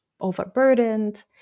overburdened